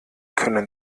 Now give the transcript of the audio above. können